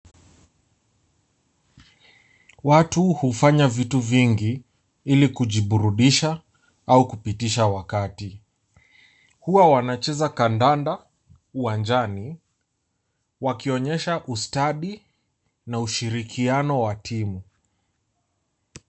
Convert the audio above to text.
Watu hufanya vitu vingi ili kujiburudisha au kupitishs wakati. Huwa wanacheza kandanda uwanjani wakionyesha ustadi na ushirikiano wa timu.